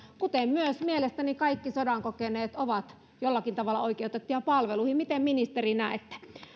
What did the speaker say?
kuten myös mielestäni kaikki sodan kokeneet ovat jollakin tavalla oikeutettuja palveluihin miten ministeri näette